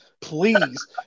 please